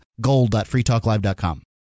gold.freetalklive.com